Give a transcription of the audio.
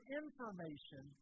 information